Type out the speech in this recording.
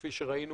כפי שראינו